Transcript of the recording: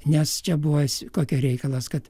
nes čia buvo es kokio reikalas kad